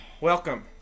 Welcome